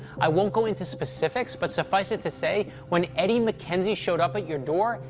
i won't go into specifics, but suffice it to say, when eddie mackenzie showed up at your door,